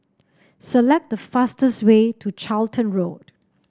select the fastest way to Charlton Road